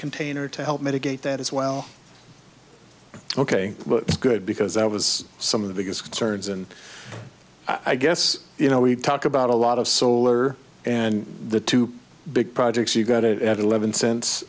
container to help mitigate that as well ok but it's good because i was some of the biggest concerns and i guess you know we talk about a lot of solar and the two big projects you got it at eleven